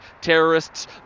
terrorists